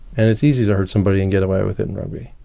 and it's easy to hurt somebody and get away with it in rugby.